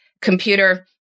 computer